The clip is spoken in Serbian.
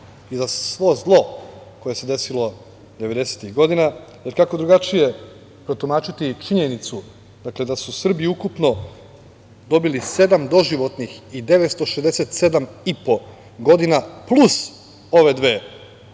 i za svo zlo koje se desilo 90-ih godina. Kako drugačije protumačiti činjenicu da su Srbi ukupno dobili sedam doživotnih i 967,5 godina plus ove